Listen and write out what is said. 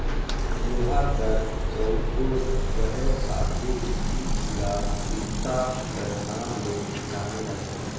लोहा कर चउकोर पहे साकुर चीज ल इरता कर नाव ले जानल जाथे